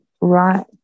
Right